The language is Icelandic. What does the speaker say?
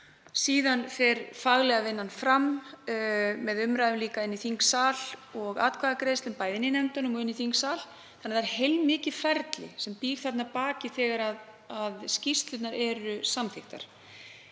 Síðan fer faglega vinnan fram með umræðum, líka inni í þingsal og atkvæðagreiðslum, bæði í nefndum og í þingsal. Það er heilmikið ferli sem býr þarna að baki þegar skýrslurnar eru samþykktar.